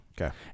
Okay